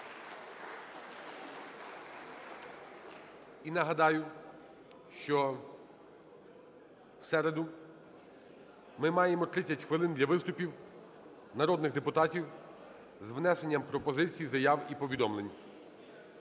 І нагадаю, що в середу ми маємо 30 хвилин для виступів народних депутатів з внесенням пропозицій, заяв і повідомлень.